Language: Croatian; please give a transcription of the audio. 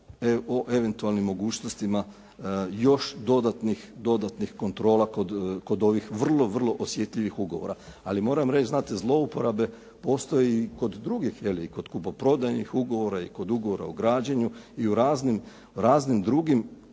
o eventualnim mogućnostima još dodatnih kontrola kod ovih vrlo, vrlo osjetljivih ugovora. Ali moram reći znate, zlouporabe postoje i kod drugih i kod kupoprodajnih ugovora i kod ugovora o građenju i u raznim drugim